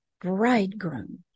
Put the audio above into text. bridegroom